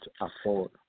afford